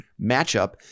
matchup